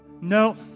no